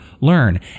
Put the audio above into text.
learn